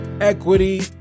equity